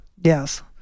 Yes